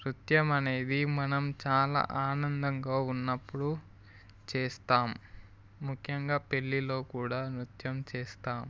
నృత్యం అనేది మనం చాలా ఆనందంగా ఉన్నప్పుడు చేస్తాం ముఖ్యంగా పెళ్ళిలో కూడా నృత్యం చేస్తాం